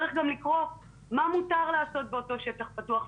צריך גם לקרוא מה מותר לעשות באותו שטח פתוח,